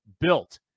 Built